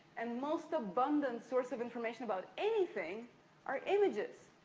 and most abundant source of information about anything are images,